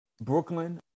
Brooklyn